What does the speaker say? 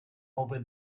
over